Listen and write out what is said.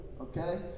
okay